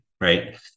Right